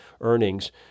earnings